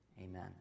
Amen